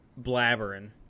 blabbering